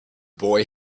boy